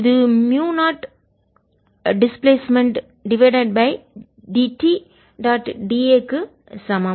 இது முயு 0 டிஸ்பிளேஸ்மென்ட் இடப்பெயர்ச்சிக்கு divided by d t dot d a க்கு சமம்